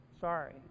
Sorry